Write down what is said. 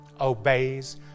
obeys